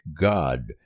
God